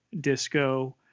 Disco